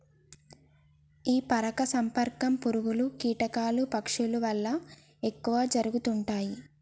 ఈ పరాగ సంపర్కం పురుగులు, కీటకాలు, పక్షుల వల్ల ఎక్కువ జరుగుతుంటాయి